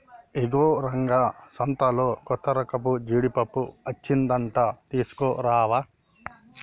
ఇగో రంగా సంతలో కొత్తరకపు జీడిపప్పు అచ్చిందంట తీసుకురావా